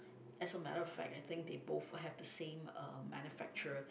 as a matter of fact I think they both have the same uh manufacturer